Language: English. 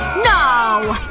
no,